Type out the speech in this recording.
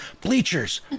bleachers